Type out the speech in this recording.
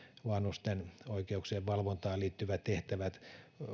vanhusten oikeuksien valvontaan liittyvät tehtävät